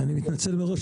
אני מתנצל מראש.